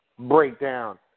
breakdown